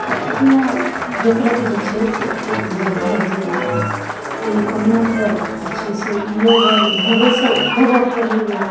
तऽ अपना जोकरक जे छै से एते उपजा भऽ जाइया अपन कहुना कऽ जे छै से बिओ बालि घरो से देबऽ परैया